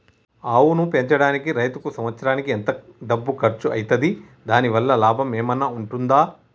ఆవును పెంచడానికి రైతుకు సంవత్సరానికి ఎంత డబ్బు ఖర్చు అయితది? దాని వల్ల లాభం ఏమన్నా ఉంటుందా?